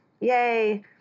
Yay